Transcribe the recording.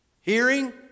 Hearing